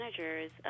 managers